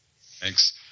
Thanks